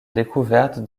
découverte